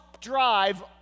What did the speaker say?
drive